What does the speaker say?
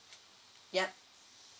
yup